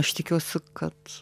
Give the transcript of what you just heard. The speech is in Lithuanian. aš tikiuosi kad